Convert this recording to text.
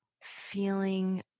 feeling